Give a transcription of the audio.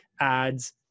ads